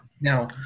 now